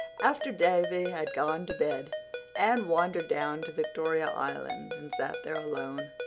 after davy had gone to bed anne wandered down to victoria island and sat there alone,